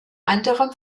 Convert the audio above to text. anderem